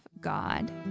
God